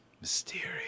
mysterious